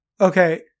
Okay